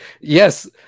Yes